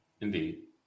Indeed